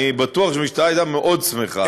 אני בטוח שהמשטרה הייתה מאוד שמחה.